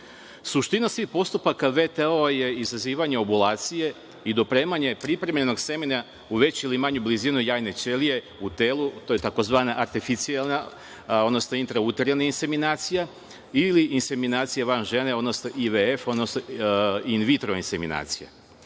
Suština svih postupaka VTO je izazivanje ovulacije i dopremanje pripremljenog semena u veću ili manju blizinu jajne ćelije u telu, to je tzv. arteficijalna, odnosno intrauterina inseminacija ili inseminacija van žene, odnosno in-vitro inseminacija. Inseminacija